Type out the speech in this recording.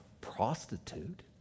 prostitute